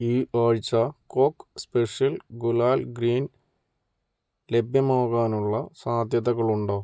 ഈ ആഴ്ച coke special gulal green ലഭ്യമാകാനുള്ള സാധ്യതകളുണ്ടോ